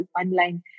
online